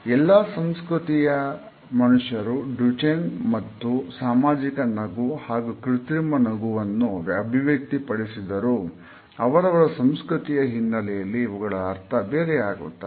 ಎಲ್ಲಾ ಸಂಸ್ಕೃತಿಯ ಮನುಷ್ಯರು ಡುಚೆನ್ ಮತ್ತು ಸಾಮಾಜಿಕ ನಗು ಹಾಗೂ ಕೃತ್ರಿಮ ನಗುವನ್ನು ಅಭಿವ್ಯಕ್ತಿಪಡಿಸಿದರೂ ಅವರವರ ಸಂಸ್ಕೃತಿಯ ಹಿನ್ನೆಲೆಯಲ್ಲಿ ಇವುಗಳ ಅರ್ಥ ಬೇರೆಯಾಗುತ್ತದೆ